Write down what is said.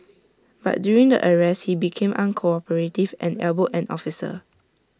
but during the arrest he became uncooperative and elbowed an officer